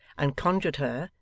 and conjured her,